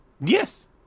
Yes